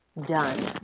done